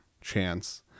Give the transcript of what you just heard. chance